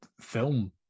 film